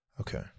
okay